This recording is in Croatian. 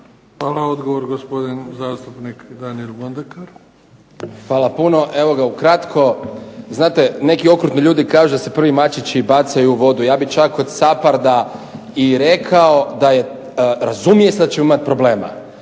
Hvala. Odgovor gospodin zastupnik Daniel Mondekar. **Mondekar, Daniel (SDP)** Fala puno. Evo ukratko. Znate neki okrutni ljudi kažu da se prvi mačići bacaju u vodu. Ja bih čak od SHAPARD-a i rekao da je razumije se da ćemo imati problema.